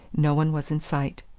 no one was in sight.